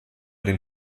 den